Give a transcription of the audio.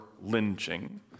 lynching